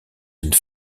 une